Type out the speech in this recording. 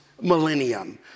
millennium